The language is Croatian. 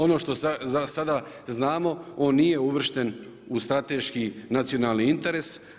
Ono što za sada znamo on nije uvršten u strateški nacionalni interes.